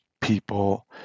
people